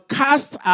cast